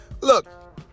look